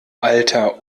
alter